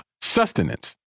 sustenance